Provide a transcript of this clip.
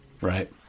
Right